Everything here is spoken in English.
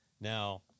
now